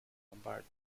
lombardy